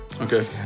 Okay